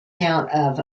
count